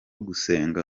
gusenga